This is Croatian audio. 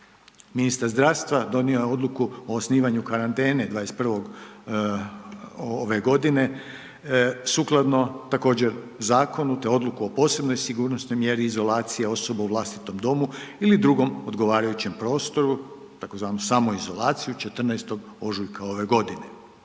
Ministar zdravstva donio je Odluku o osnivanju karantene 21. ove godine, sukladno također, zakonu te Odluku o posebnoj sigurnosnoj mjeri izolacije u vlastitom domu ili drugom odgovarajućem prostoru tzv. samoizolaciju 14. ožujka ove godine.